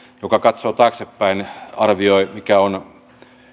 joka katsoo taaksepäin arvioi mikä on